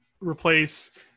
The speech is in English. replace